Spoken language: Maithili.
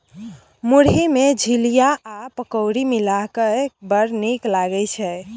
मुरही मे झिलिया आ पकौड़ी मिलाकए बड़ नीक लागय छै